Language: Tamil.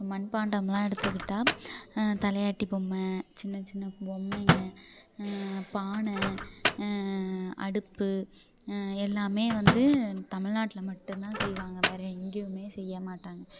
மண்பாண்டம்லாம் எடுத்துக்கிட்டால் தலையாட்டி பொம்மை சின்னச் சின்ன பொம்மைங்க பானை அடுப்பு எல்லாமே வந்து தமிழ்நாட்ல மட்டுந்தான் செய்வாங்க வேறு எங்கேயுமே செய்ய மாட்டாங்க